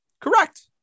correct